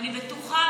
ואני בטוחה,